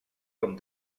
com